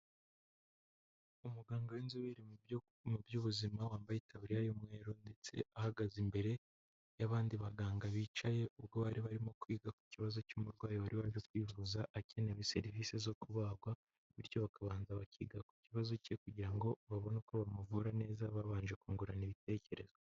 Umuganga w'inzobere mu by'ubuzima, wambaye itaburiya y'umweru, ndetse ahagaze imbere y'abandi baganga bicaye, ubwo bari barimo kwiga ku kibazo cy'umurwayi wari weje kwivuza agewe serivisi zo kubagwa, bityo bakabanza bakiga ku kibazo cye kugira ngo babone uko bamuvura neza babanje kungurana ibitekerezo.